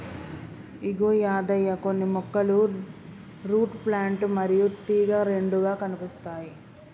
ఇగో యాదయ్య కొన్ని మొక్కలు root plant మరియు తీగ రెండుగా కనిపిస్తాయి